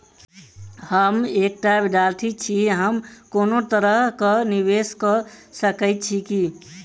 हम एकटा विधार्थी छी, हम कोनो तरह कऽ निवेश कऽ सकय छी की?